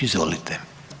Izvolite.